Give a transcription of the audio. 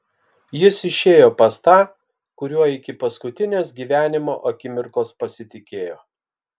jis išėjo pas tą kuriuo iki paskutinės gyvenimo akimirkos pasitikėjo